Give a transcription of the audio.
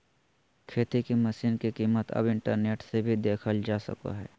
खेती के मशीन के कीमत अब इंटरनेट से भी देखल जा सको हय